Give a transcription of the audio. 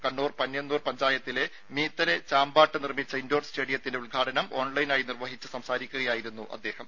കണ്ണൂർ പന്ന്യന്നൂർ പഞ്ചായത്തിലെ മീത്തലെ ചമ്പാട് നിർമ്മിച്ച ഇൻഡോർ സ്റ്റേഡിയത്തിന്റെ ഉദ്ഘാടനം ഓൺലൈനായി നിർവ്വഹിച്ചു സംസാരിക്കുകയായിരുന്നു അദ്ദേഹം